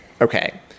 Okay